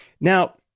Now